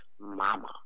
Mama